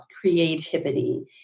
creativity